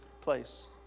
place